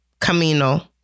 Camino